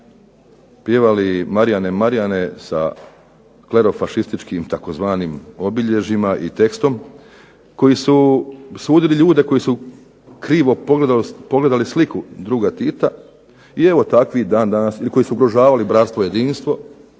pjevali Marijane, Marijane sa klerofašističkim tzv. obilježjima i tekstom koji su sudili ljude koji su krivo pogledali sliku druga Tita ili koji su ugrožavali bratstvo i jedinstvo